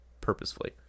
purposefully